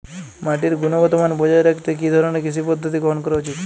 মাটির গুনগতমান বজায় রাখতে কি ধরনের কৃষি পদ্ধতি গ্রহন করা উচিৎ?